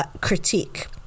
critique